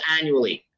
annually